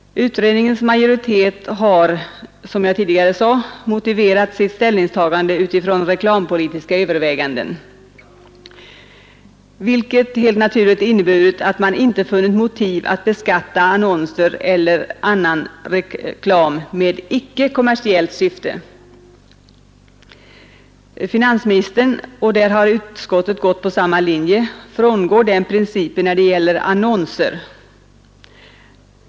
Utredningens majoritet har, som jag tidigare sade, motiverat sitt ställningstagande utifrån reklampolitiska överväganden, vilket helt naturligt har inneburit att man inte har funnit motiv för att beskatta annonser eller annan reklam med icke kommersiellt syfte. Finansministern frångår den principen när det gäller annonser, och där har utskottet gått på samma linje.